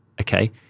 okay